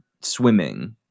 Swimming